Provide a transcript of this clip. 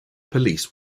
police